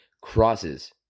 crosses